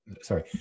sorry